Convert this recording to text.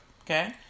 Okay